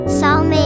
Psalm